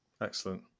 Excellent